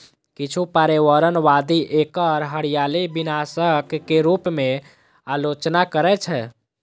किछु पर्यावरणवादी एकर हरियाली विनाशक के रूप मे आलोचना करै छै